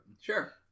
Sure